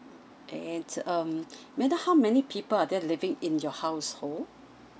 and um may I know how many people are there living in your household